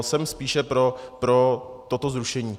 Jsem spíše pro toto zrušení.